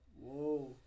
Whoa